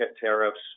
tariffs